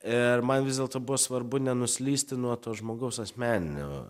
ir man vis dėlto buvo svarbu nenuslysti nuo to žmogaus asmeninio